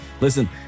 listen